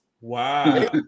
Wow